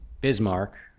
Bismarck